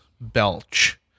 belch